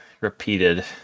repeated